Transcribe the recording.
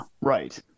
right